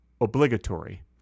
obligatory